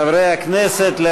חברי הכנסת, נא לשבת.